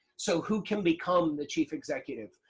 so who can become the chief executive?